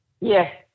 Yes